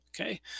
Okay